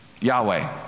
Yahweh